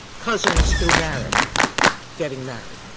cousins through marriage getting married,